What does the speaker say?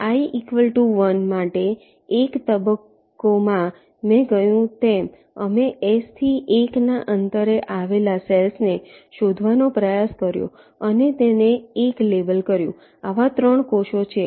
i1 માટે 1 તબક્કોમાં મેં કહ્યું તેમ અમે S થી 1 ના અંતરે આવેલા સેલ્સ ને શોધવાનો પ્રયાસ કર્યો અને તેમને 1 લેબલ કર્યું આવા 3 કોષો છે